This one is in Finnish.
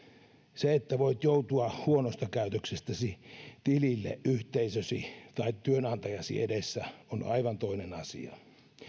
se että voit joutua huonosta käytöksestäsi tilille yhteisösi tai työnantajasi edessä on aivan toinen asia